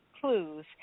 clues